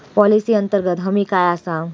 Policy अंतर्गत हमी काय आसा?